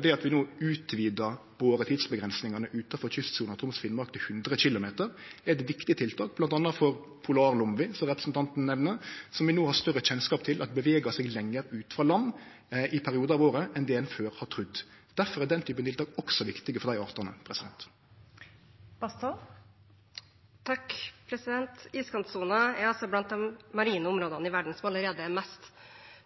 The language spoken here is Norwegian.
det at vi no utvidar boretidsavgrensingane utanfor kystsona av Troms og Finnmark til 100 km, eit viktig tiltak bl.a. for polarlomvien som representanten nemner, som vi no har større kjennskap til at bevegar seg lenger ut frå land i periodar av året enn det ein før har trudd. Difor er den typen tiltak også viktige for dei artane. Une Bastholm – til oppfølgingsspørsmål. Iskantsonen er blant de marine områdene i verden som allerede er mest